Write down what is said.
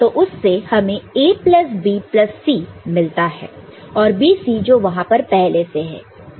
तो उससे हमें A plus B plus C मिलता है और BC जो वहां पर पहले से है